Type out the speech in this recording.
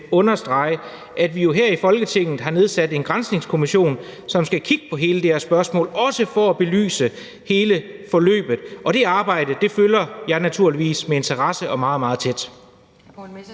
at vi jo her i Folketinget har nedsat en Granskningskommission, som skal kigge på hele det her spørgsmål, også for at belyse hele forløbet, og det arbejde følger jeg naturligvis med interesse og meget, meget tæt.